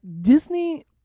Disney